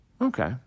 Okay